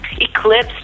eclipse